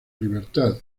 libertad